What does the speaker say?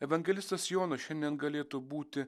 evangelistas jonas šiandien galėtų būti